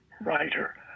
writer